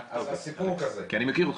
כי אני מכיר אותך.